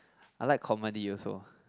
I like comedy also